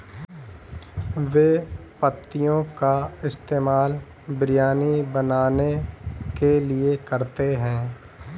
बे पत्तियों का इस्तेमाल बिरयानी बनाने के लिए करते हैं